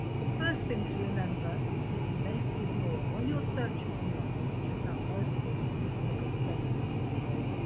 the first thing to remember is, less is more. when you're searching online, which is how most of us look at the census these days,